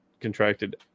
contracted